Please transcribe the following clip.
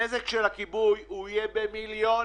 הנזק של הכיבוי יהיה במיליונים,